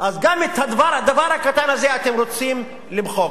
אז גם את הדבר הקטן הזה אתם רוצים למחוק.